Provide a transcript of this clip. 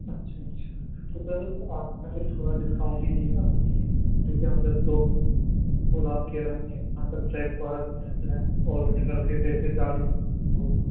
اچھا اچھا تو سر آپ تھوڑا سا اور ڈسکاؤنٹ کیجیے نا کیوں کہ ہم دس لوگ ہیں اور آپ کہہ رہے ہیں کہ وہاں بریک فاسٹ لنچ اور ڈنر کے پیسے چارج ہوگا